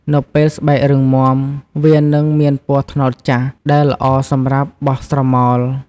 នៅពេលស្បែករឹងមាំ វានិងមានពណ៌ត្នោតចាស់ ដែលល្អសម្រាប់បោះស្រមោល។